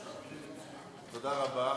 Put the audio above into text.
תודה רבה.